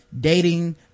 dating